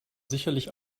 sicherlich